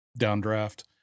downdraft